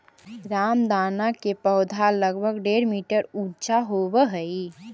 रामदाना के पौधा लगभग डेढ़ मीटर ऊंचा होवऽ हइ